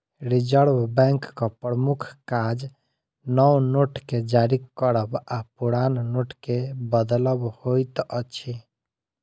reserve बैंकक प्रमुख काज नव नोट के जारी करब आ पुरान नोटके बदलब होइत अछि